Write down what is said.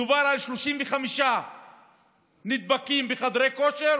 מדובר על 35 נדבקים בחדרי כושר